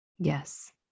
Yes